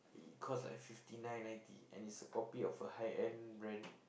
cost like fifty nine ninety and it's a copy of a high end brand